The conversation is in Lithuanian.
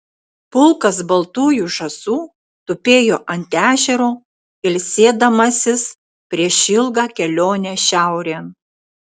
pulkas baltųjų žąsų tupėjo ant ežero ilsėdamasis prieš ilgą kelionę šiaurėn